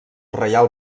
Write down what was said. reial